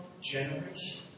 generous